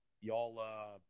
y'all